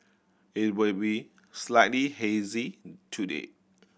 it will be slightly hazy today